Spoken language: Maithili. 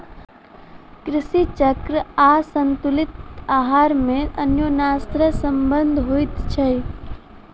कृषि चक्र आसंतुलित आहार मे अन्योनाश्रय संबंध होइत छै